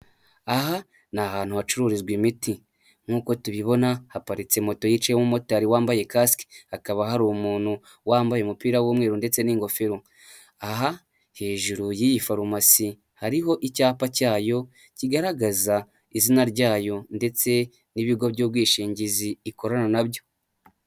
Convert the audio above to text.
Aha ni ahantu hacururizwa imiti nkuko tubibona haparitse moto yicayemo umumotari wambaye kasike, hakaba hari umuntu wambaye umupira w'umweru ndetse n'ingofero aha hejuru y'iyi farumasi hariho icyapa cyayo kigaragaza izina ryayo ndetse n'ibigo by'ubwishingizi ikorana nabyo.